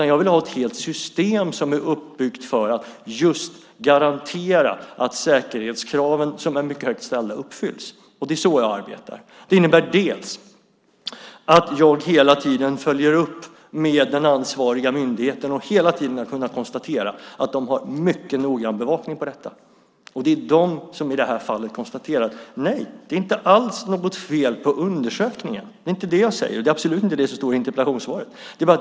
Jag vill ha ett helt system som är uppbyggt för att just garantera att säkerhetskraven, som är mycket högt ställda, uppfylls. Det är så jag arbetar. Det innebär att jag hela tiden följer upp frågan med den ansvariga myndigheten, och jag har hela tiden kunnat konstatera att de har mycket noggrann bevakning av den. Det är de som i detta fall konstaterar att det inte är något fel på undersökningen. Det säger inte jag heller, och inte heller står det i interpellationssvaret.